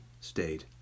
stayed